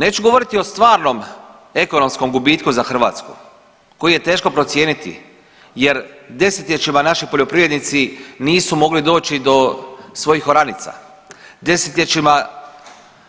Neću govoriti o stvarnom ekonomskom gubitku za Hrvatsku koji je teško procijeniti jer 10-ljećima naši poljoprivrednici nisu mogli doći do svojih oranica, 10-ljećima